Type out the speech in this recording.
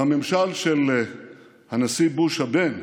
בממשל של הנשיא בוש הבן,